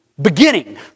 Beginning